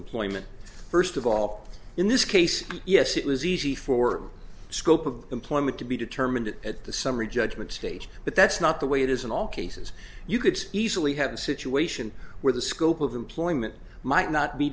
employment first of all in this case yes it was easy for a scope of employment to be determined at the summary judgment stage but that's not the way it is in all cases you could easily have a situation where the scope of employment might not be